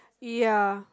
ya